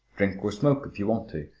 drink or smoke if you want to.